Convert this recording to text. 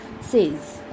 says